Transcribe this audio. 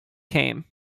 came